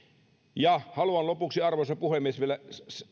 ja haluan lopuksi arvoisa puhemies vielä